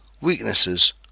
weaknesses